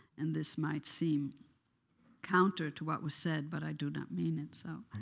and this might seem counter to what was said, but i do not mean it so.